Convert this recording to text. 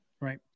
Right